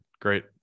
great